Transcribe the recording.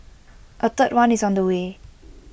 A third one is on the way